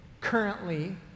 currently